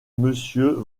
monsieur